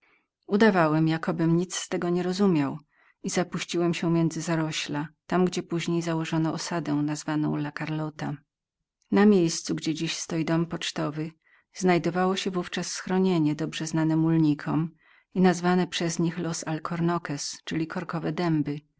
udawałem jakobym nic tego nie rozumiał i zapuściłem się między zarośle gdzie następnie założono osadę nazwaną carlota na miejscu gdzie dziś stoi dom pocztowy znajdowało się wówczas schronienie znane od mulników i nazwane los alcornoques czyli zielone dęby